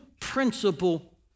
principle